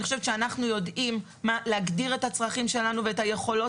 אני חושבת שאנחנו יודעים להגדיר את הצרכים שלנו ואת היכולות